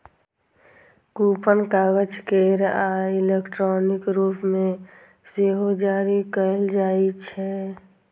coupon कागज केर आ इलेक्ट्रॉनिक रूप मे सेहो जारी कैल जाइ छै